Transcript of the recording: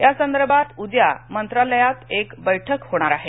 यासंदर्भात उद्या मंत्रालयात एक बैठक होणार आहे